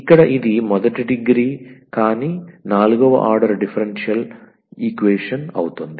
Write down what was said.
ఇక్కడ ఇది మొదటి డిగ్రీ కానీ 4 వ ఆర్డర్ డిఫరెన్షియల్ ఈక్వేషన్ అవుతుంది